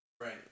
Right